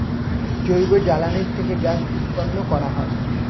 জৈব জ্বালানি থেকে গ্যাস উৎপন্ন করা যায়